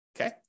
okay